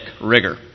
rigor